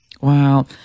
Wow